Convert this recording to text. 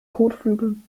kotflügeln